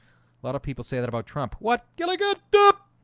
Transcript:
lot of people say that about trump what gilligan up?